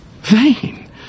Vain